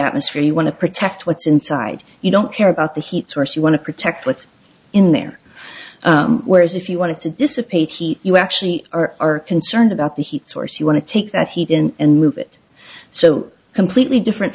atmosphere you want to protect what's inside you don't care about the heat source you want to protect what's in there whereas if you want to dissipate heat you actually are concerned about the heat source you want to take that he didn't and move it so completely different